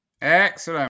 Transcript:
Excellent